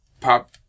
Pop